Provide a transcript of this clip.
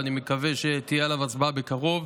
ואני מקווה שתהיה עליו הצבעה בקרוב,